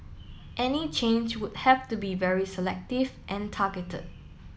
any change would have to be very selective and targeted